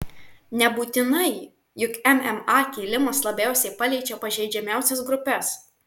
nebūtinai juk mma kėlimas labiausiai paliečia pažeidžiamiausias grupes